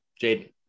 Jaden